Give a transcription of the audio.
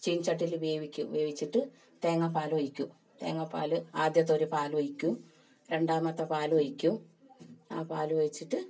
ചീനച്ചട്ടിയിൽ വേവിക്കും വേവിച്ചിട്ട് തേങ്ങാപ്പാൽ ഒഴിക്കും തേങ്ങാപ്പാൽ ആദ്യത്തെ ഒരു പാലൊഴിക്കും രണ്ടാമത്തെ പാലൊഴിക്കും ആ പാൽ ഒഴിച്ചിട്ട്